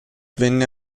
venne